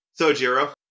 Sojiro